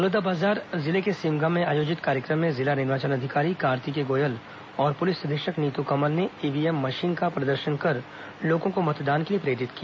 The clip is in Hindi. बलौदाबाजार जिले के सिमगा में आयोजित कार्यक्रम में जिला निर्वाचन अधिकारी कार्तिकेय गोयल और पुलिस अधीक्षक नीतू कमल ने ईव्हीएम मशीन का प्रदर्शन कर लोगों को मतदान के लिए प्रेरित किया